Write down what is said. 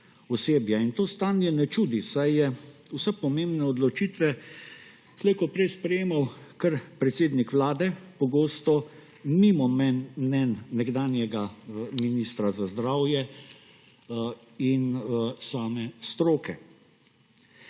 To stanje ne čudi, saj je vse pomembne odločitve slej ko prej sprejemal kar predsednik Vlade, pogosto mimo mnenj nekdanjega ministra za zdravje in same stroke.